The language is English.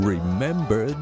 Remember